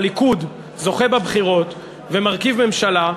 הליכוד זוכה בבחירות ומרכיב ממשלה,